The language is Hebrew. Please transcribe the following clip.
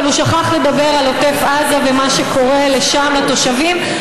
אבל הוא שכח לדבר על עוטף עזה ומה שקורה שם לתושבים,